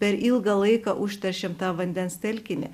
per ilgą laiką užteršėm tą vandens telkinį